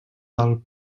del